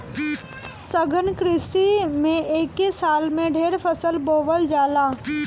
सघन कृषि में एके साल में ढेरे फसल बोवल जाला